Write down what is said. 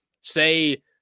say